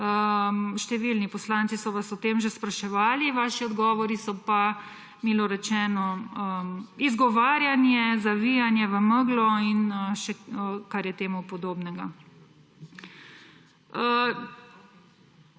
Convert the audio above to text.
Številni poslanci so vas o tem že spraševali, vaši odgovori so pa, milo rečeno, izgovarjanje, zavijanje v meglo in še, kar je temu podobnega.